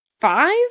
Five